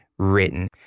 Written